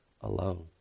alone